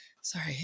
sorry